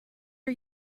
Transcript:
are